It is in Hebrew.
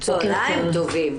צהריים טובים,